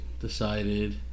decided